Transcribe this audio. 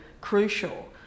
crucial